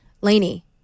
Laney